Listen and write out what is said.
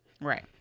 Right